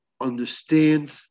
understand